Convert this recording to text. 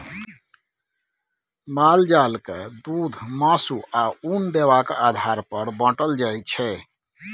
माल जाल के दुध, मासु, आ उन देबाक आधार पर बाँटल जाइ छै